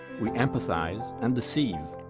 we empathize and deceive.